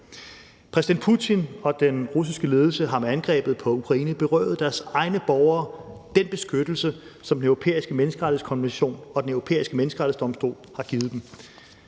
Præsident Putin og den russiske ledelse har med angrebet på Ukraine berøvet deres egne borgere den beskyttelse, som Den Europæiske Menneskerettighedskonvention og Den Europæiske Menneskerettighedsdomstol har givet dem.